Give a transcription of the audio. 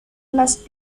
must